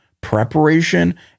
preparation